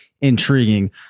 intriguing